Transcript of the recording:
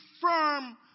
firm